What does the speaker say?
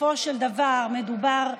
בסופו של דבר מדובר,